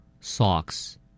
Socks